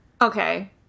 Okay